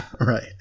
right